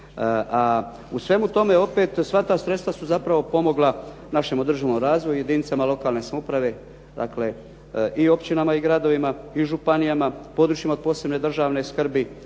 U svemu tome opet sva ta sredstva su zapravo pomogla našem održivom razvoju i jedinicama lokalne samouprave, dakle i općinama i gradovima, i županijama, područjima od posebne državne skrbi,